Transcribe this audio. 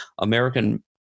American